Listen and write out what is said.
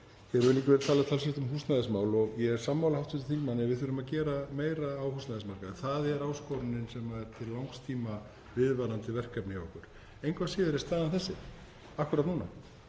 Hér hefur verið talað talsvert um húsnæðismál og ég er sammála hv. þingmanni um að við þurfum að gera meira á húsnæðismarkaði. Það er áskorunin sem er til langs tíma viðvarandi verkefni hjá okkur. Engu að síður er staðan þessi akkúrat núna